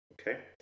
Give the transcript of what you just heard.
Okay